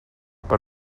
per